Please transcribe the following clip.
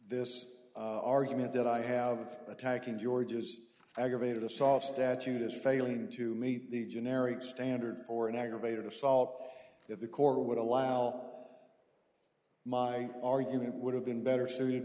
this argument that i have attacking george's aggravated assault statute is failing to meet the generic standard for an aggravated assault if the core would allow my argument would have been better suited